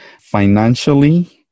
financially